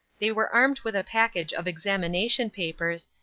they were armed with a package of examination papers,